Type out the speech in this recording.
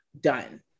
done